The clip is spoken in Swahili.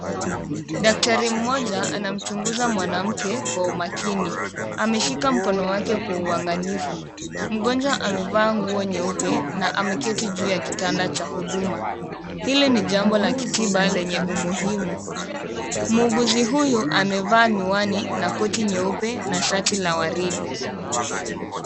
Daktari mmoja anamchunguza mwanamke kwa umakini. Ameshika mkono wake kwa uangalifu. Mgonjwa amevaa nguo nyeupe na ameketi juu ya kitanda cha huduma. Hili ni jambo la kitiba lenye umuhimu. Muuguzi huyu amevaa miwani na koti nyeupe na shati la waridi.